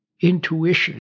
intuition